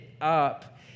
up